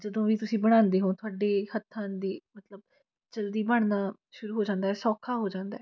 ਜਦੋਂ ਵੀ ਤੁਸੀਂ ਬਣਾਉਂਦੇ ਹੋ ਤੁਹਾਡੇ ਹੱਥਾਂ ਦੇ ਮਤਲਬ ਜਲਦੀ ਬਣਨਾ ਸ਼ੁਰੂ ਹੋ ਜਾਂਦਾ ਸੌਖਾ ਹੋ ਜਾਂਦਾ